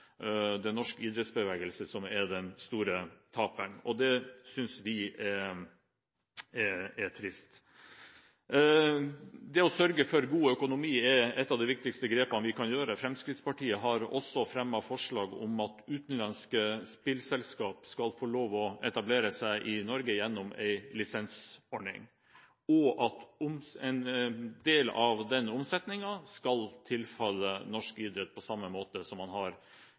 idrettsbevegelse, som er den store taperen. Det synes vi er trist. Det å sørge for god økonomi er et av de viktigste grepene vi kan gjøre. Fremskrittspartiet har fremmet forslag om at utenlandske spillselskaper skal få lov til å etablere seg i Norge gjennom en lisensordning, og at en del av omsetningen skal tilfalle norsk idrett, på samme måte som man har